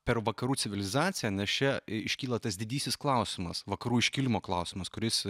per vakarų civilizaciją nes čia iškyla tas didysis klausimas vakarų iškilimo klausimas kuris